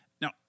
Now